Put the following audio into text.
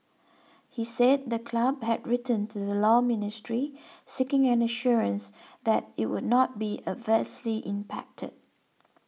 he said the club had written to the Law Ministry seeking an assurance that it would not be adversely impacted